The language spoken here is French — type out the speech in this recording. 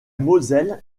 moselle